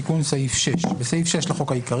תיקון סעיף 6. תיקון סעיף 6 9. בסעיף 6 לחוק העיקרי,